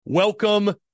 Welcome